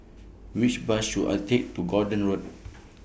Which Bus should I Take to Gordon Road